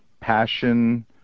passion